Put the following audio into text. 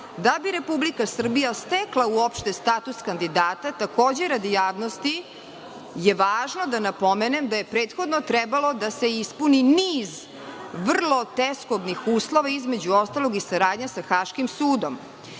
Da bi Republika Srbija stekla uopšte status kandidata, takođe radi javnosti, važno je da napomenem da je prethodno trebalo da se ispuni niz vrlo teskobnih uslova, između ostalog i saradnja sa Haškim sudom.